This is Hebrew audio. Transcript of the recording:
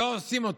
שלא עושים אותו.